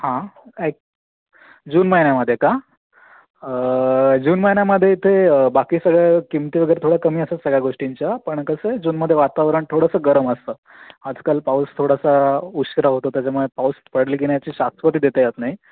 हां ॲक जून महिन्यामध्ये का जून महिन्यामध्ये इथे बाकी सगळं किमती वगैरे थोडं कमी असतात सगळ्या गोष्टींच्या पण कसं आहे जूनमध्ये वातावरण थोडंसं गरम असतं आजकाल पाऊस थोडासा उशिरा होतो त्याच्यामुळे पाऊस पडेल की नाही याची शाश्वती देता येत नाही